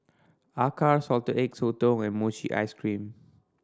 acar Salted Egg Sotong and mochi ice cream